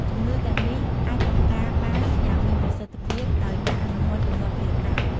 ជំងឺទាំងនេះ អាចបង្ការបានយ៉ាងមានប្រសិទ្ធភាពដោយការអនុវត្តទម្លាប់លាងដៃ។